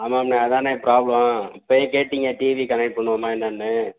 ஆமாண்ணே அதாண்ணே ப்ராப்ளம் அப்படியே கேட்டீங்க டிவி கனெக்ட் பண்ணுவோமா என்னென்னு